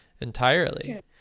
entirely